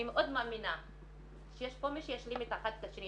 אני מאוד מאמינה שיש פה מי שישלים אחד את השני,